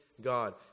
God